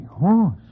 Horse